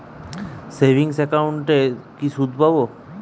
Savings একাউন্টে কি সুদ পাব?